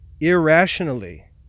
irrationally